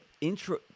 intro